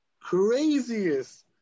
craziest